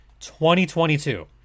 2022